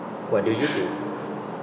what do you think